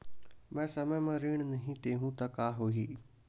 मैं समय म ऋण नहीं देहु त का होही